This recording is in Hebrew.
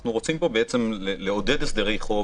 אנחנו רוצים לעודד הסדרי חוב,